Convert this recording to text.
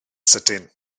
sydyn